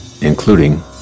including